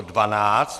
12.